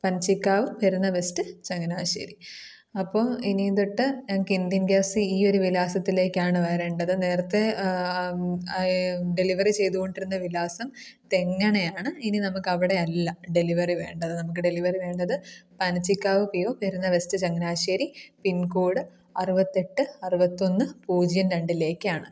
Panachikkavu Perunna west Changanassery അപ്പോൾ ഇനി തൊട്ട് ഞങ്ങൾക്ക് ഇന്ത്യൻ ഗ്യാസ് ഈയൊരു വിലാസത്തിലേക്കാണ് വരേണ്ടത് നേരത്തെ ഡെലിവറി ചെയ്തുകൊണ്ടിരുന്ന വിലാസം തെങ്ങണയാണ് ഇനി നമുക്ക് അവിടെയല്ല ഡെലിവറി വേണ്ടത് നമുക്ക് ഡെലിവറി വേണ്ടത് Panachikkavu P O Perunna west Changanassery pin code അറുപത്തെട്ട് അറുപത്തൊന്ന് പൂജ്യം രണ്ടിലേക്കാണ്